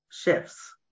shifts